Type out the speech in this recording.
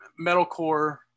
metalcore